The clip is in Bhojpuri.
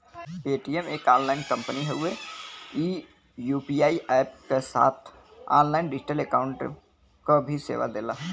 पेटीएम एक ऑनलाइन कंपनी हउवे ई यू.पी.आई अप्प क साथ ऑनलाइन डिजिटल अकाउंट क भी सेवा देला